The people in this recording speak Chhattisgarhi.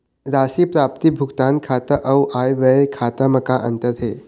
राशि प्राप्ति भुगतान खाता अऊ आय व्यय खाते म का अंतर हे?